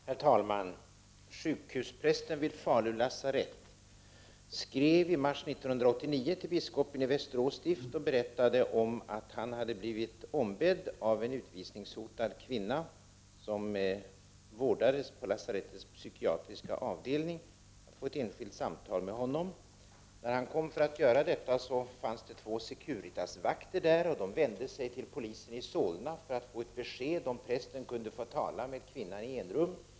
Herr talman! Sjukhusprästen vid Falu lasarett skrev i mars 1989 till biskopen i Västerås stift och berättade att han hade blivit ombedd av en utvisningshotad kvinna, som vårdades på lasarettets psykiatriska avdelning, att föra ett enskilt samtal med denna. När prästen kom för att göra detta fanns två Securitasvakter där. De vände sig till polisen i Solna för att få ett besked om prästen kunde få tala med kvinnan i enrum.